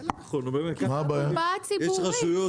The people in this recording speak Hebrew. יש רשויות